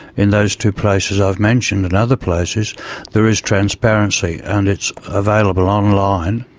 in those two places i've mentioned and other places there is transparency and it's available online.